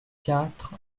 quatre